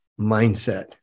mindset